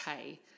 okay